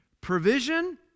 Provision